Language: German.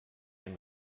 ein